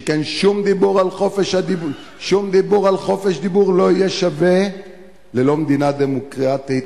שכן שום דיבור על חופש דיבור לא יהיה שווה ללא מדינה דמוקרטית,